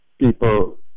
people